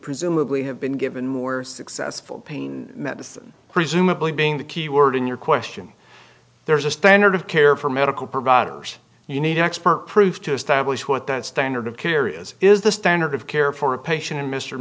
presumably have been given more successful pain medicine presumably being the key word in your question there is a standard of care for medical providers you need expert proof to establish what that standard of care is is the standard of care for a patient in mr